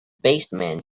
baseman